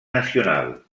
nacional